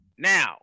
Now